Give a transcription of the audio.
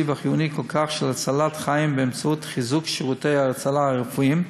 והחיוני כל כך של הצלת חיים באמצעות חיזוק שירותי ההצלה הרפואיים,